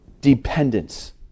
dependence